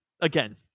again